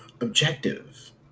objective